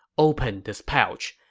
open this pouch,